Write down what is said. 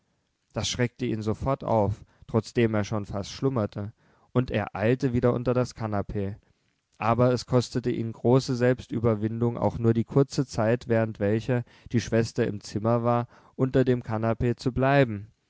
das schreckte ihn sofort auf trotzdem er schon fast schlummerte und er eilte wieder unter das kanapee aber es kostete ihn große selbstüberwindung auch nur die kurze zeit während welcher die schwester im zimmer war unter dem kanapee zu bleiben